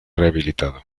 rehabilitado